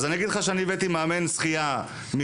אז אני אגיד לך שאני הבאתי מאמן שחייה מחוץ